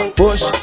push